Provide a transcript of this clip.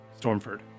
Stormford